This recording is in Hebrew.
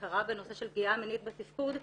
ההכרה בנושא של פגיעה מינית בתפקוד,